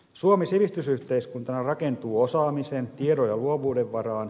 suomi sivistysyhteiskuntana rakentuu osaamisen tiedon ja luovuuden varaan